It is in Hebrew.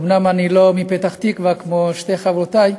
אומנם אני לא מפתח-תקווה כמו שתי חברותי,